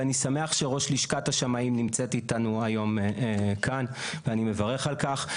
ואני שמח שראש לשכת השמאים נמצאת איתנו היום כאן ואני מברך על כך.